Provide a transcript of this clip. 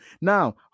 Now